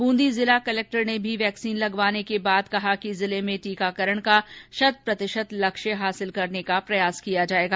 ब्रंदी जिला कलेक्टर ने भी वैक्सीन लगवाने के बाद कहा कि जिले में टीकाकरण का शत प्रतिशत लक्ष्य हासिल करने का प्रयास किया जाएगा